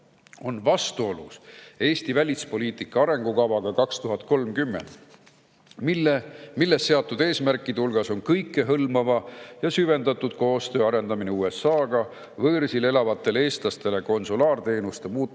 on vastuolus Eesti välispoliitika arengukavaga aastani 2030, milles seatud eesmärkide hulgas on kõikehõlmava ja süvendatud koostöö arendamine USA‑ga, võõrsil elavatele eestlastele konsulaarteenuste muutmine